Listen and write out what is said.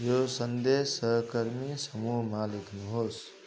यो सन्देश सहकर्मी समूहमा लेख्नुहोस्